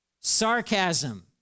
Sarcasm